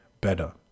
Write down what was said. better